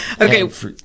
Okay